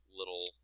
little